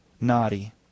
naughty